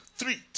three